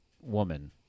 woman